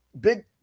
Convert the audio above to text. big